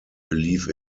believe